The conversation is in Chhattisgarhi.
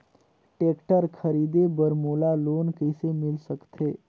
टेक्टर खरीदे बर मोला लोन कइसे मिल सकथे?